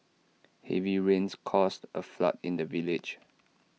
heavy rains caused A flood in the village